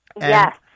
Yes